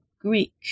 Greek